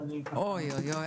אז אני- -- אוי ואבוי,